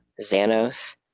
Xanos